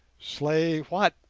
slay what,